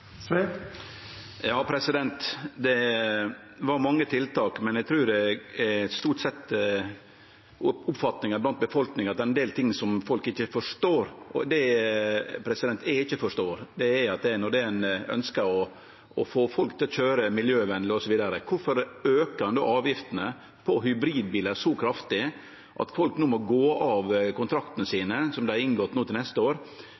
Det var mange tiltak, men eg trur stort sett oppfatninga blant befolkninga er at det er ein del ting folk ikkje forstår. Det eg ikkje forstår, er at når ein ønskjer å få folk til å køyre miljøvennleg osv., kvifor aukar ein då avgiftene på hybridbilar så kraftig at folk no må gå ut av kontraktane dei har inngått om ny bil til neste år?